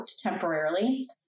temporarily